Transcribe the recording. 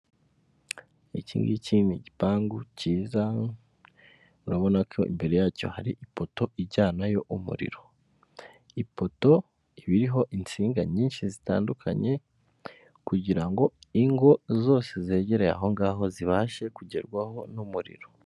Iki ngiki ni igipangu cyiza, urabona ko imbere yacyo hari ipoto ijyanayo umuriro, ipoto iba iriho insinga nyinshi zitandukanye, kugira ngo ingo zose zegereye aho ngaho zibashe kugerwaho n'umuriro.